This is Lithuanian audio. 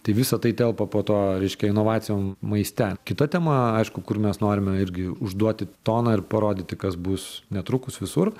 tai visa tai telpa po to reiškia inovacijom maiste kita tema aišku kur mes norime irgi užduoti toną ir parodyti kas bus netrukus visur